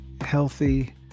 healthy